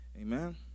Amen